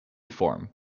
form